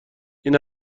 این